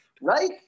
Right